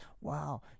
wow